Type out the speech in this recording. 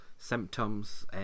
Symptoms